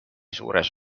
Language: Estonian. suures